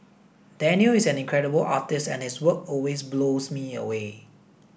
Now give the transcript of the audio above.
Danial is an incredible artist and his work always blows me away